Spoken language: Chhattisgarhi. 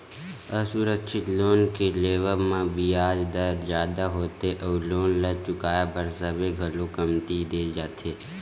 असुरक्छित लोन के लेवब म बियाज दर जादा होथे अउ लोन ल चुकाए बर समे घलो कमती दे जाथे